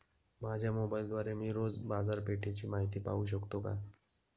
माझ्या मोबाइलद्वारे मी रोज बाजारपेठेची माहिती पाहू शकतो का?